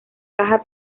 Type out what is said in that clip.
caja